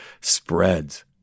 spreads